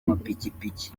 mapikipiki